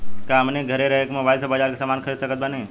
का हमनी के घेरे रह के मोब्बाइल से बाजार के समान खरीद सकत बनी?